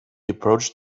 approached